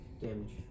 damage